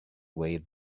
way